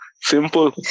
Simple